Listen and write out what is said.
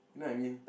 you know what I mean